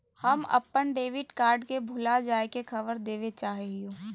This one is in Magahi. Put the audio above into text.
हम अप्पन डेबिट कार्ड के भुला जाये के खबर देवे चाहे हियो